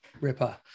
ripper